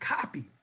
copy